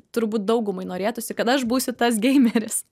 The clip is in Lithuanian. turbūt daugumai norėtųsi kad aš būsiu tas geimeris